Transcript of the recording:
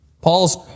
Paul's